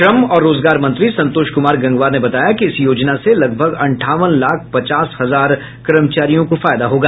श्रम और रोजगार मंत्री संतोष कुमार गंगवार ने बताया कि इस योजना से लगभग अंठावन लाख पचास हजार कर्मचारियों को फायदा होगा